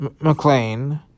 McLean